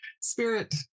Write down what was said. spirit